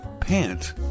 pant